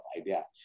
idea